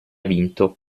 vinto